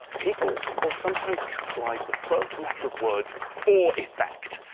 people will sometimes capitalize the first letter of words for effect.